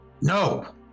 No